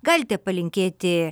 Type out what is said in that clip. galite palinkėti